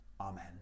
Amen